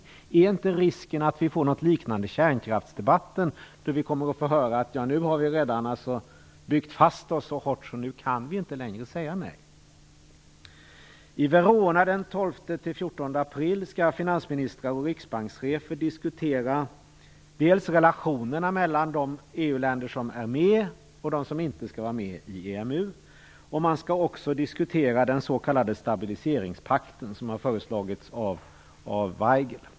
Finns det inte en risk att vi får något liknande kärnkraftsdebatten så att vi kommer att få höra att nu har vi redan byggt fast oss så hårt att vi inte längre kan säga nej? I Verona skall finansministrar och riksbankschefer den 12-14 april diskutera dels relationerna mellan de EU-länder som är med och de som inte skall vara med i EMU dels den s.k. stabiliseringspakten som har föreslagits av Waigel.